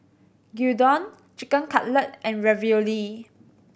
Gyudon Chicken Cutlet and Ravioli